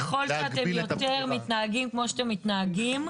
ככל שאתם יותר מתנהגים כמו שאתם מתנהגים,